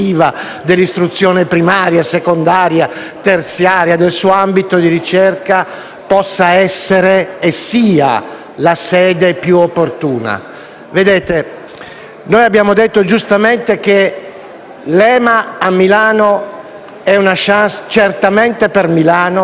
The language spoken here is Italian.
terziaria, del suo ambito di ricerca, possa essere, e sia, la sede più opportuna. Noi abbiamo detto, giustamente, che l'EMA a Milano è una *chance*, certamente per Milano, ed una grandissima *chance*